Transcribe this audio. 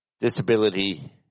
disability